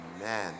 amen